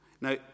Now